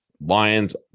Lions